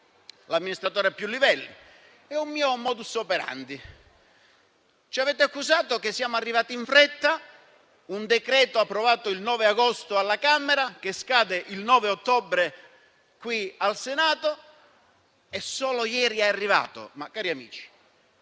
l'amministratore a più livelli, è un mio *modus operandi*. Ci avete accusato di essere arrivati in fretta, perché è un decreto-legge approvato il 9 agosto alla Camera e che scade il 9 ottobre al Senato, ma che solo ieri è arrivato